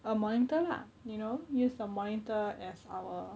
a monitor lah you know use the monitor as our